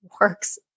works